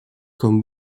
comme